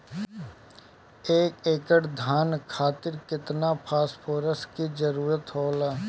एक एकड़ धान खातीर केतना फास्फोरस के जरूरी होला?